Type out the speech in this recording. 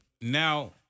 now